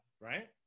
right